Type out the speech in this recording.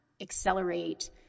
accelerate